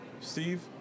Steve